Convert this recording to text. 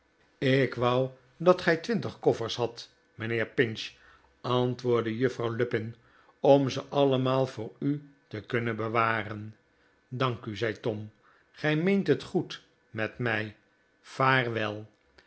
ik wou dat gij twintig koffers hadt mijnheer pinch antwoordde juffrouw lupin om ze allemaal voor u te kunnen bewaren dank u zei tom gij meent het goed met mij vaarwel